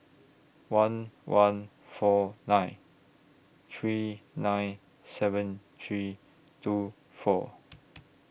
one one four nine three nine seven three two four